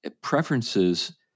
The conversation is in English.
preferences